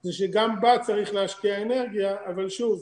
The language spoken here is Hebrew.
זה שגם בה צריך להשקיע אנרגיה, אבל, שוב,